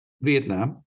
Vietnam